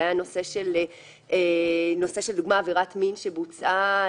נושא של עבירת מין שבוצעה,